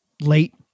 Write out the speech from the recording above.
late